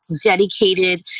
dedicated